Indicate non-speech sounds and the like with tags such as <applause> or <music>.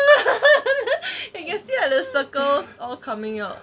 <laughs> I can see the circles all coming out